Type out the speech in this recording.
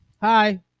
Hi